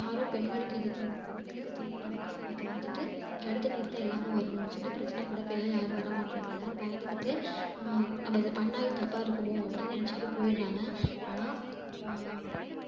யாரும் பெண்களுக்கு எது பெண்களுக்கு தீங்கு நடந்தால் அதை வந்துட்டு தடுத்து நிறுத்த எல்லோரும் வரணும் சின்ன பிரச்சனைக்கூட இப்போல்லாம் யாரும் வரமாட்கிறாங்க எல்லாரும் பயந்துக்கிட்டு நம்ம இது பண்ணால் இது தப்பாக இருக்குமோ அப்படின்னு நெனைச்சிக்கிட்டு போயிடுறாங்க ஆனால்